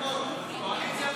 (קוראת בשמות חברי הכנסת)